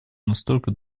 настолько